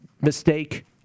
mistake